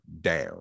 down